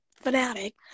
fanatic